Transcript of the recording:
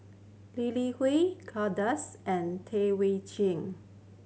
Lee Li Hui Kay Das and Tam Wai Jia